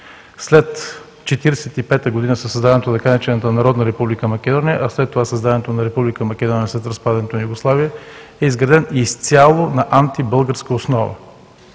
след 1945 г. със създаването на така наречената „Народна република Македония“, а след това създаването на Република Македония след разпадането на Югославия, е изграден изцяло на антибългарска основа.